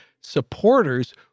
supporters